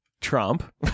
trump